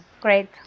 great